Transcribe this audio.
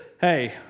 hey